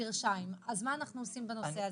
מה אנחנו עושים בנושא הזה?